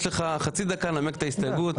יש לך חצי דקה לנמק את ההסתייגות,